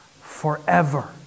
forever